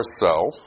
ourself